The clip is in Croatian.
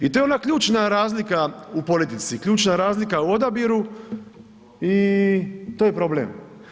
I to je ona ključna razlika u politici, ključna razlika u odabiru i to je problem.